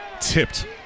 Tipped